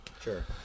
Sure